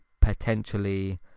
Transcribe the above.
potentially